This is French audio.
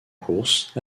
courses